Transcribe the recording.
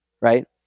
right